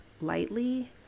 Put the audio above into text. lightly